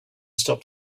stop